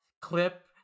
clip